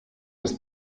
das